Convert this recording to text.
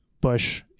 Bush